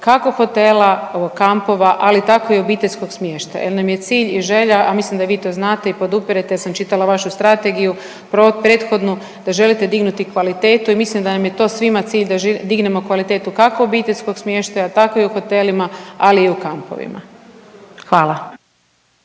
kako hotela, kampova, ali tako i obiteljskog smještaja, jer nam je cilj i želja, a mislim da vi to znate i podupirete jer sam čitala vašu strategiju, prethodnu, da želite dignuti kvalitetu i mislim da nam je to svima cilj da dignemo kvalitetu kako obiteljskog smještaja, tako i u hotelima ali i u kampovima. Hvala.